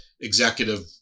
executive